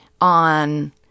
on